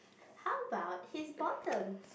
how about his bottoms